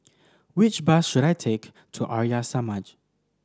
which bus should I take to Arya Samaj